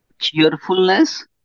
cheerfulness